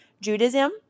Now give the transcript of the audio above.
Judaism